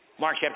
Mark